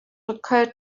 occurred